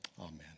amen